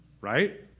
right